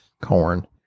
corn